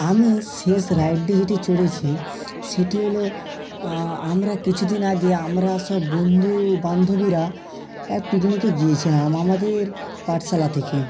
আমি শেষ রাইডটি যেটি চড়েছি সেটি হলো আমরা কিছুদিন আগে আমরা সব বন্ধু বান্ধবীরা এক পিকনিকে গিয়েছিলাম আমাদের পাঠশালা থেকে